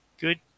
good